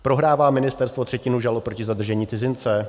Prohrává ministerstvo třetinu žalob proti zadržení cizince?